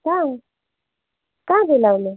कहाँ कहाँ भेला हुनु